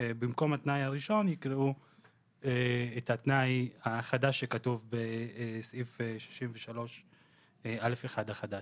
שבמקום התנאי הראשון יקראו את התנאי החדש שכתוב בסעיף 63א1 החדש.